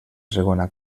segona